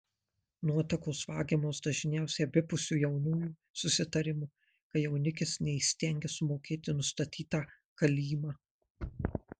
nuotakos vagiamos dažniausiai abipusiu jaunųjų susitarimu kai jaunikis neįstengia sumokėti nustatytą kalymą